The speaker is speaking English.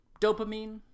Dopamine